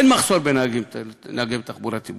אין מחסור בנהגי תחבורה ציבורית,